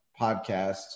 podcast